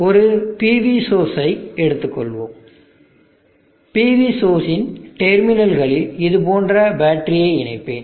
ஒரு PV source ஐ எடுத்துக்கொள்வோம் PV சோர்ஸ் இன் டெர்மினல்களில் இது போன்ற பேட்டரியை இணைப்பேன்